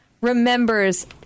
remembers